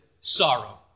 sorrow